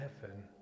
heaven